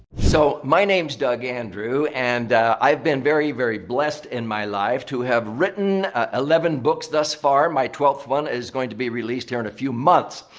so, my name is doug andrew and i've been very, very blessed in my life to have written eleven books thus far. my twelfth one is going to be released here in a few months.